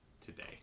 today